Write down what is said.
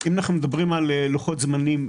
אם מדברים על לוחות זמנים,